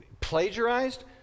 plagiarized